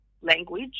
language